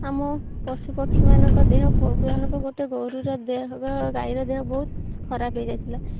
ଆମ ପଶୁପକ୍ଷୀମାନଙ୍କ ଦେହ ଭଗବାନଙ୍କ ଗୋଟେ ଗୋରୁର ଦେହ ଗାଈର ଦେହ ବହୁତ ଖରାପ ହେଇଯାଇଥିଲା